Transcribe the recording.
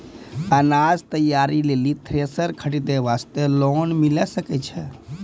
अनाज तैयारी लेल थ्रेसर खरीदे वास्ते लोन मिले सकय छै?